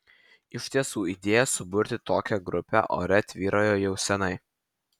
iš tiesų idėja suburti tokią grupę ore tvyrojo jau seniai